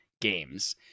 games